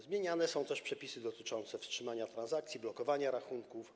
Zmieniane są też przepisy dotyczące wstrzymania transakcji, blokowania rachunków.